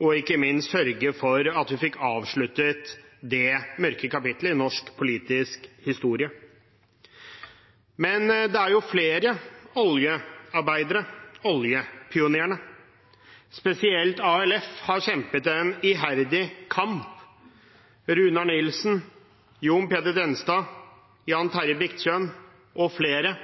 og ikke minst sørge for at vi fikk avsluttet det mørke kapitlet i norsk politisk historie. Men det er flere oljearbeidere, nemlig oljepionerene. Spesielt ALF har kjempet en iherdig kamp. Runar Nilsen, John-Peder Denstad, Jan Terje Biktjørn og flere